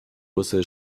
busse